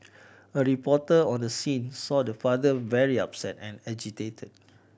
a reporter on the scene saw the father very upset and agitated